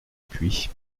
puy